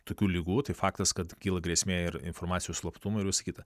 tokių ligų tai faktas kad kyla grėsmė ir informacijos slaptumui ir visa kita